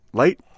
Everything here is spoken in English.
light